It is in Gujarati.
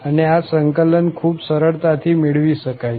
અને આ સંકલન ખૂબ સરળતાથી મેળવી શકાય છે